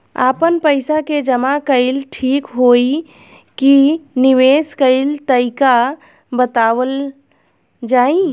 आपन पइसा के जमा कइल ठीक होई की निवेस कइल तइका बतावल जाई?